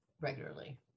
regularly